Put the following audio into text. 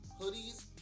hoodies